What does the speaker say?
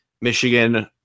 Michigan